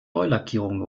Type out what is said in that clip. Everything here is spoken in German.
neulackierung